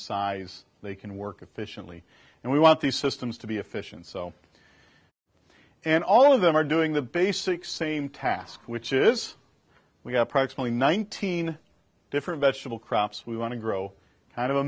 size they can work efficiently and we want the systems to be efficient so and all of them are doing the basic same task which is we have approximately nineteen different vegetable crops we want to grow kind of a